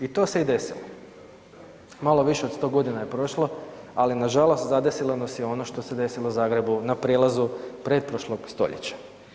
I to se i desilo, malo više od 100 godina je prošlo, ali nažalost zadesilo nas je ono što se desilo Zagrebu na prijelazu pretprošlog stoljeća.